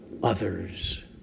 Others